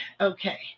Okay